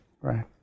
Right